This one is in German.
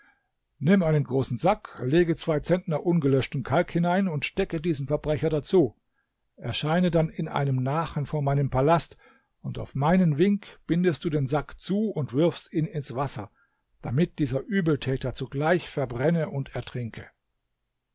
nimm einen großen sack lege zwei zentner ungelöschten kalk hinein und stecke diesen verbrecher dazu erscheine dann in einem nachen vor meinem palast und auf meinen wink bindest du den sack zu und wirfst ihn ins wasser damit dieser übeltäter zugleich verbrenne und ertrinke